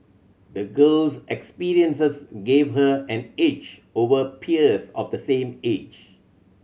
the girl's experiences gave her an edge over peers of the same age